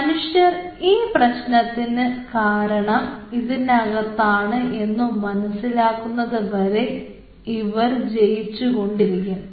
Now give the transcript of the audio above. മനുഷ്യർ ഈ പ്രശ്നത്തിന് കാരണം ഇതിനകത്താണ് എന്ന് മനസ്സിലാക്കുന്നത് വരെ ഇവർ വിജയിച്ചു കൊണ്ടിരിക്കും